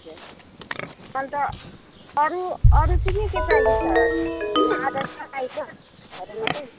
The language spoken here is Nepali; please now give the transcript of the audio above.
हजुर अन्त अरू अरू चाहिँ के के चाहिन्छ त्यति नै आधार कार्ड आई कार्डहरू मात्रै